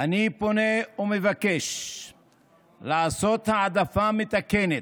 אני פונה ומבקש לעשות העדפה מתקנת,